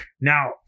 Now